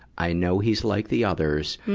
i know he's like the others.